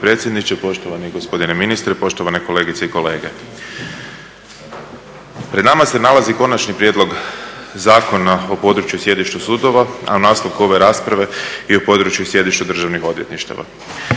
potpredsjedniče, poštovani gospodine ministre, poštovane kolegice i kolege. Pred nama se nalazi Konačni prijedlog Zakona o području i sjedištu sudova, a u nastavku ove rasprave i o području i sjedištu državnih odvjetništava.